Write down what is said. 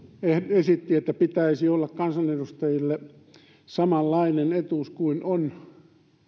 esitti että pitäisi olla kansanedustajille samanlainen etuus kuin on